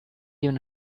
even